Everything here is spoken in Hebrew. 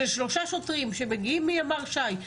של שלושה שוטרים שמגיעים מימ"ר ש"י,